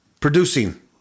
producing